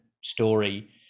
story